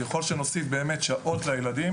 ככל שנוסיף שעות לילדים